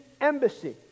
embassy